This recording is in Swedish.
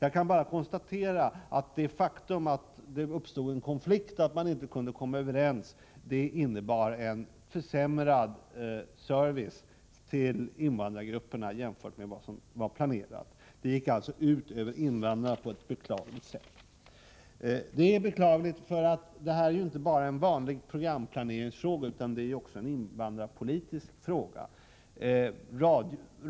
Jag kan bara konstatera att det faktum att man inte kunde komma överens medförde en försämring av den service som tidigare var planerad för invandrargrupperna. Det hela gick alltså på ett beklagligt sätt ut över invandrarna. Detta är olyckligt därför att det gäller inte bara en programplaneringsfråga utan också en invandrarpolitisk fråga.